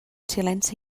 silenci